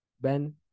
Ben